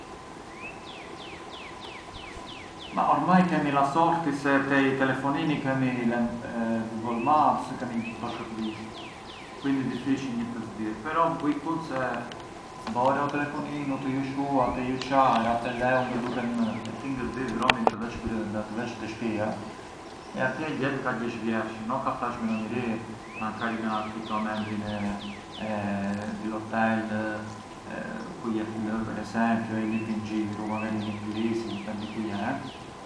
Ma ormai kemi la sorti se te i telefonini kemi Google Maps, kemi gjithë këto shurbise, quindi ë difficili një të zbiret, però buj kunt se: zbore u telefoninu, të ju shua, të ju ça, ra te dheu e ngë duket më e ti ngë di dhromin të vesh brënda, të vesh te shpia, atje ka gjesh vjershin o ka flaç me ndo njeri, mankari na kiton embrin di l’Hotel te ku je flë per esempiu e lip in giru, makari in inglisi dipendi ku je.